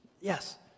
yes